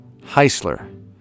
Heisler